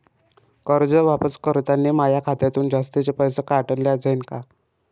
कर्ज वापस करतांनी माया खात्यातून जास्तीचे पैसे काटल्या जाईन का?